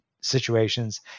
situations